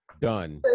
done